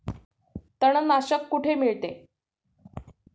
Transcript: तणनाशक कुठे मिळते?